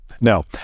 No